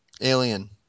Alien